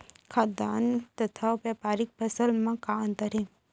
खाद्यान्न तथा व्यापारिक फसल मा का अंतर हे?